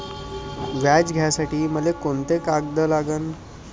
व्याज घ्यासाठी मले कोंते कागद लागन?